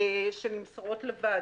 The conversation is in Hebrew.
שלום, אני פותח את הדיון.